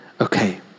okay